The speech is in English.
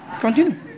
Continue